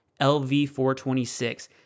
LV-426